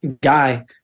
guy